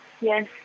yes